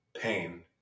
pain